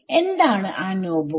എന്താണ് ആ നോബുകൾ